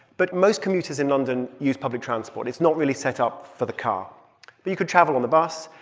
but most commuters in london use public transport. it's not really set up for the car. but you could travel on the bus.